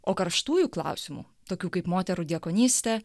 o karštųjų klausimų tokių kaip moterų diakonystė